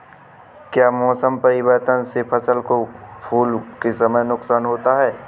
क्या मौसम परिवर्तन से फसल को फूल के समय नुकसान होगा?